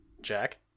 Jack